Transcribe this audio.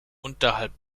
unterhalb